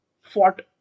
fought